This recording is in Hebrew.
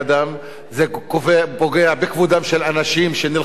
זה פוגע בכבודם של אנשים שנלחמים למען,